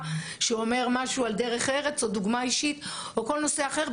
שאומר משהו על דרך ארץ או דוגמה אישית או כל נושא אחר.